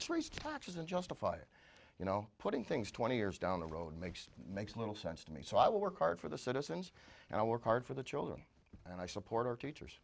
raise taxes and justify it you know putting things twenty years down the road makes makes little sense to me so i will work hard for the citizens and i work hard for the children and i support our teachers